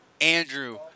Andrew